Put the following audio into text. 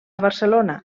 barcelona